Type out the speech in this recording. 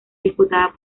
disputada